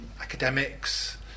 academics